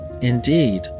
Indeed